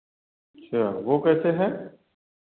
अच्छा वह कैसे है